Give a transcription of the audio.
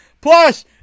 Plus